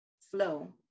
flow